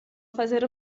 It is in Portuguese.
fazer